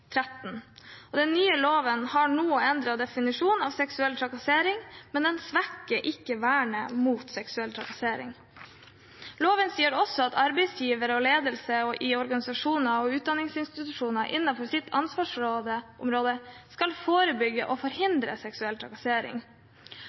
§ 13. Den nye loven har en noe endret definisjon av seksuell trakassering, men den svekker ikke vernet mot seksuell trakassering. Loven sier også at arbeidsgivere og ledelse i organisasjoner og utdanningsinstitusjoner innenfor sitt ansvarsområde skal forebygge og